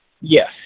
yes